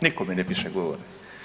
Nitko mi ne piše govore.